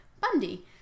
Bundy